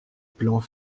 plans